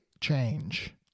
change